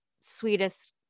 sweetest